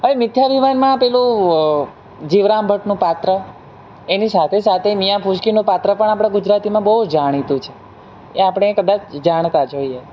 હવે મિથ્યાભીમાનમાં પેલું જીવરામ ભટ્ટનું પાત્ર એની સાથે સાથે મિયાં ફૂસકીનું પાત્ર પણ આપણે ગુજરાતીમાં બહુ જાણીતું છે એ આપણે કદાચ જાણતા જ હોઈએ